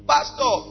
Pastor